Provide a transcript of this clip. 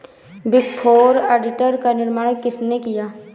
Big four auditor का निर्माण किसने किया?